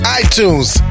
iTunes